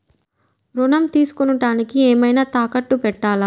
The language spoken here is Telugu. ఋణం తీసుకొనుటానికి ఏమైనా తాకట్టు పెట్టాలా?